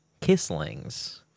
Kisslings